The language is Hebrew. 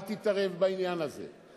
אל תתערב בעניין הזה.